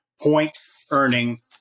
point-earning